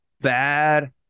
bad